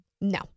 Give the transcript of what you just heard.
No